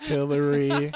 Hillary